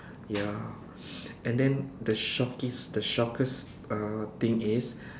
ya and then the shockest the shockest uh thing is